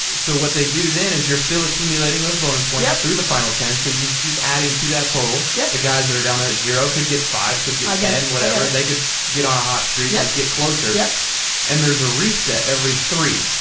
so what they do then is you're still accumulating those bonus points, through the final ten, so you can keep adding to that total. yeah the guys that are down there at zero could get five, could get ten, and whatever, they could get on a hot streak and get closer. yeah and there's a reset every three.